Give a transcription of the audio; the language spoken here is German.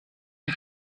mit